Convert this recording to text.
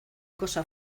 cosa